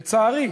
לצערי,